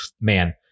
man